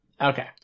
okay